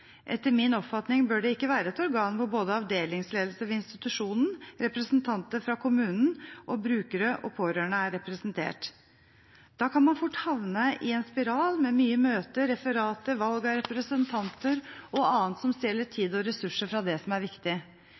Etter min oppfatning bør det ikke være et organ hvor både avdelingsledelse ved institusjonen, representanter fra kommunen og brukere og pårørende er representert. Da kan man fort havne i en spiral med mye møter, referater, valg av representanter og annet som stjeler tid og ressurser fra det som er viktig.